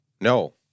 No